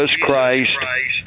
Christ